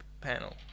panel